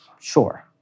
Sure